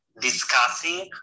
discussing